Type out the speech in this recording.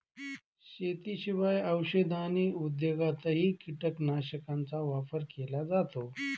शेतीशिवाय औषध आणि उद्योगातही कीटकनाशकांचा वापर केला जातो